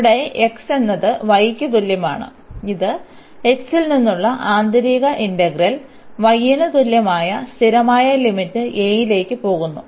ഇവിടെ x എന്നത് y യ്ക്ക് തുല്യമാണ് ഇത് x ൽ നിന്നുള്ള ആന്തരിക ഇന്റഗ്രൽ y ന് തുല്യമായ സ്ഥിരമായ ലിമിറ്റ് a ലേക്ക് പോകുന്നു